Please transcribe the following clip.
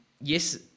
yes